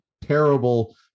terrible